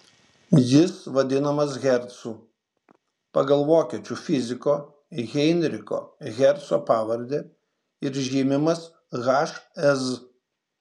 jis vadinamas hercu pagal vokiečių fiziko heinricho herco pavardę ir žymimas hz